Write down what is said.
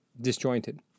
disjointed